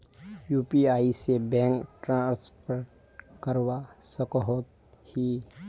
UPI से bank transfer करवा सकोहो ही?